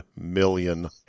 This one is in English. million